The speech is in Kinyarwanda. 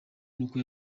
nuko